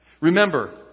Remember